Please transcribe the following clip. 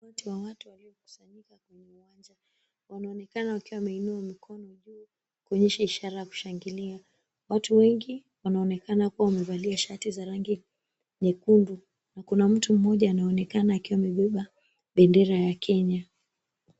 Umati wa watu waliokusanyika kwenye uwanja wanaonekana wakiwa wameinua mikono juu kuonyesha ishara ya kushangilia, watu wengi wanaonekana kuwa wamevalia shati za rangi nyekundu na kuna mtu mmoja anaonekana akiwa amebeba bendera ya Kenya.